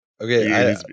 Okay